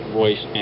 voice